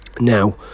Now